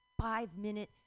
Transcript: five-minute